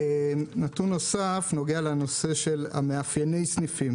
נתון נוסף נוגע למאפייני הסניפים